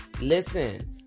Listen